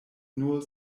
nur